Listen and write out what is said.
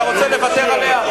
אתה רוצה לוותר עליה?